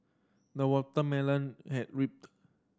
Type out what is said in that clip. the watermelon has